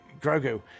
grogu